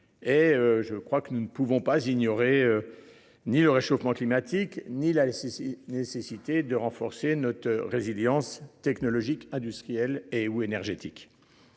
et je crois que nous ne pouvons pas ignorer. Ni le réchauffement climatique, ni la. Nécessité de renforcer notre résilience, technologique, industriel et ou énergétique.